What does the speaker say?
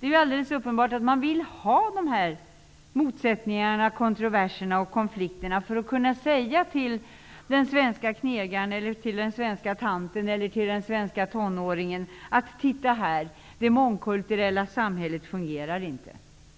Det är alldeles uppenbart att man vill ha dessa motsättningar, kontroverser och konflikter för att kunna säga till den svenske knegaren, den svenska tanten eller den svenska tonåringen: Titta här, det mångkulturella samhället fungerar inte!